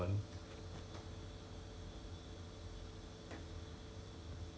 ya lor ya lor ya lor then the food all that then the mum has to prepare for her and all that